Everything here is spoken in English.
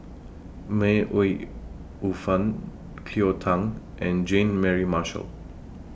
May Ooi Yu Fen Cleo Thang and Jean Mary Marshall